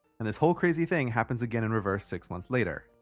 and this whole crazy thing happens again in reverse six months later.